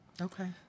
Okay